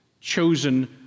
chosen